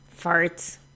Farts